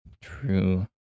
True